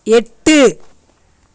எட்டு